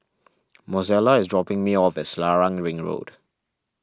Mozella is dropping me off at Selarang Ring Road